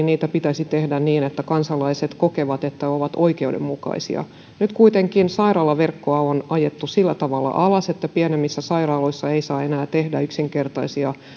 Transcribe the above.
niitä pitäisi tehdä niin että kansalaiset kokevat että ne ovat oikeudenmukaisia nyt kuitenkin sairaalaverkkoa on ajettu sillä tavalla alas että pienemmissä sairaaloissa ei saa enää tehdä yksinkertaisia